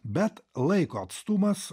bet laiko atstumas